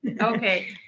Okay